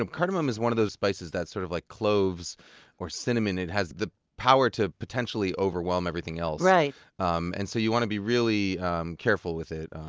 um cardamom is one of those spices that's sort of like cloves or cinnamon. it has the power to potentially overwhelm everything else. um and so you want to be really careful with it,